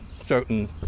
certain